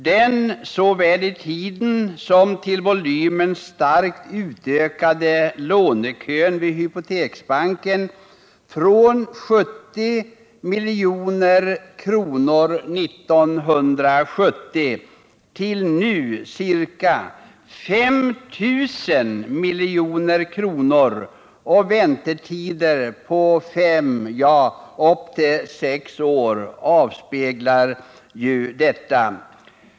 Den, när det gäller såväl tiden som volymen, starkt utökade lönekön vid Hypoteksbanken — från 70 milj.kr. 1970 till nu ca 5 000 milj.kr. och väntetider på mellan 5 och 6 år — avspeglar detta.